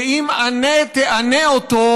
אם עַנה תענה אֹתו